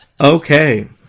Okay